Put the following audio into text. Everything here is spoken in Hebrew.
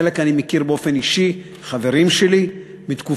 חלק אני מכיר באופן אישי, חברים שלי מתקופות